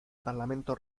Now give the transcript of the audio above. parlamento